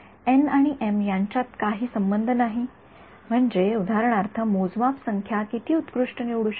N आणि M यांच्यात काहीही संबंध नाही म्हणजे उदाहरणार्थ मोजमाप संख्या किती उत्कृष्ट निवडू शकता